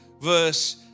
verse